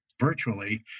virtually